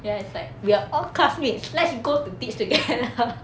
ya it's like we're all classmates let's go to teach together